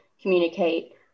communicate